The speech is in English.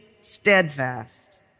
steadfast